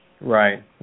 Right